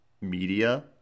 media